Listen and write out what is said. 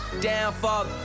downfall